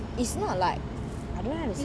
it's not like I don't know how to say